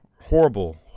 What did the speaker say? Horrible